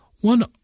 one